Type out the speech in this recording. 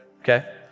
Okay